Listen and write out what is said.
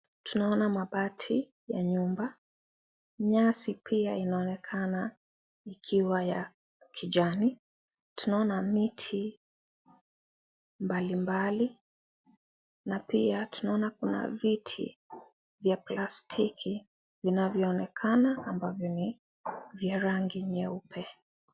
Tunaona mabati ya nyumba. Nyasi pia inaonekana ikiwa ya kijani. Tunaona miti mbalimbali, na pia tunaona kuna viti vya plastiki vinavyoonekana ambavyo ni vya rangi nyeupe.